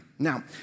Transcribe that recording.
Now